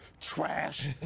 trash